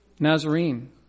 Nazarene